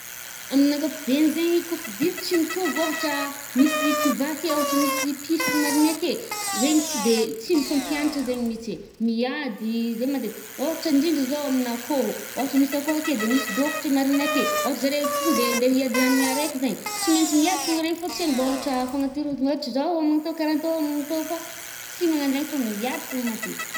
Amin’ankapobeny zaigny kôfa biby tsy mtovy ôhatra ah, misy kivà ke ôhatra misy piso marigny ake, re tsy de tsy mifampiantra zaigny mitse. Miady ih zaigny matetika, ôhatra ndrindra zao amin’akôho, ôhatra misy akoho ake de misy dôkotra marigny ake, ôhatra zare to nde, nde hiady hanigna araiky zaigny, tsy maitsy miady fôgna re fa tsy hanimbôatra fanaterody ôhatrizao manatô karatô magnatô fô tsy manano zay fô miady fôgna matetiky.